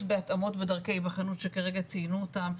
בהתאמות ודרכי היבחנות שכרגע ציינו אותם,